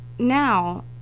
now